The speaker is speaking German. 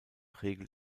regelt